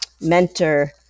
mentor